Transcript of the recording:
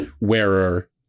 wearer